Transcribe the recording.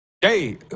Hey